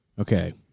Okay